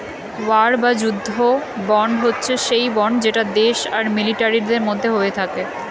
war বা যুদ্ধ bond হচ্ছে সেই বন্ড যেটা দেশ আর মিলিটারির মধ্যে হয়ে থাকে